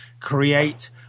create